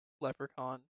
Leprechaun